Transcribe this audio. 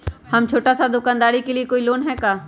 हम छोटा सा दुकानदारी के लिए कोई लोन है कि?